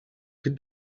fet